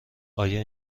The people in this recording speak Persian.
آیا